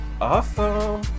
awesome